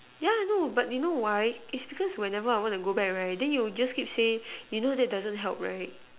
yeah I know but you know why it's because whenever I want to go back right then you just keep say you know that doesn't help right